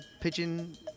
pigeon